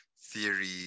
theory